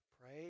pray